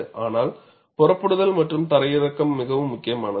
ஆனால் புறப்படுதல் மற்றும் தரையிறக்கம் மிகவும் முக்கியமானது